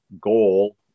goal